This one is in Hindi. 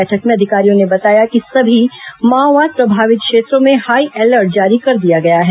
बैठक में अधिकारियों ने बताया कि सभी माओवाद प्रभावित क्षेत्रों में हाई अलर्ट जारी कर दिया गया है